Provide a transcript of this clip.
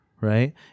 Right